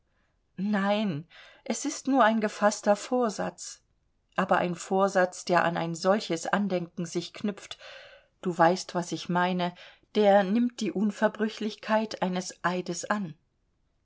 nein es ist nur ein gefaßter vorsatz aber ein vorsatz der an ein solches andenken sich knüpft du weißt was ich meine der nimmt die unverbrüchlichkeit eines eides an